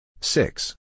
Six